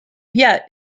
yet